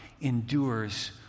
endures